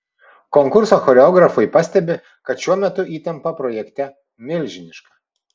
konkurso choreografai pastebi kad šiuo metu įtampa projekte milžiniška